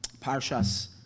Parshas